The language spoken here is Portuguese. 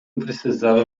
precisava